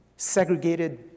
segregated